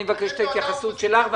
אני מבקש את ההתייחסות שלך,